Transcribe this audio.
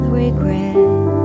regret